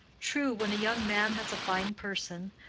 true, when a young man has a fine person,